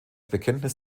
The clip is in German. bekenntnis